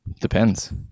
Depends